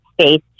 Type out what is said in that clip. space